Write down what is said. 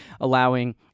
allowing